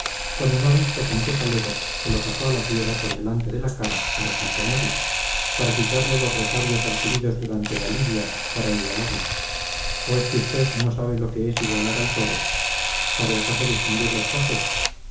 cuando no ha visto con qué salero se lo pasó a la fiera por delante de la cara para componerla para quitarle los resabios adquiridos durante la lidia para igualarle o es que usted no sabe lo que es igualar al toro sabe acaso distinguir los pases